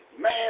man